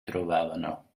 trovavano